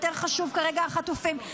יותר חשובים כרגע החטופים,